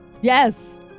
Yes